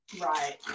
Right